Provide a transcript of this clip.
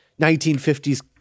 1950s